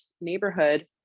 neighborhood